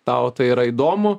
tau tai yra įdomu